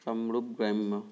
কামৰূপ গ্ৰাম্য